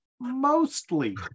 mostly